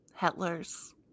Hitlers